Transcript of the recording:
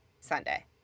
Sunday